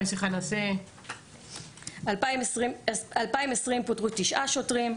2021. 2020 פוטרו תשעה שוטרים,